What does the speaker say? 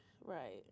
right